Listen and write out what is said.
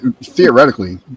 Theoretically